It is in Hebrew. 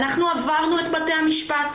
ואנחנו עברנו את בתי המשפט,